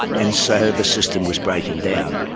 and so the system was breaking down.